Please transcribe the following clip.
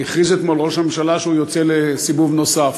הכריז אתמול ראש הממשלה שהוא יוצא לסיבוב נוסף,